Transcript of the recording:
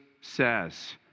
says